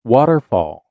Waterfall